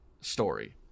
story